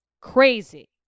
crazy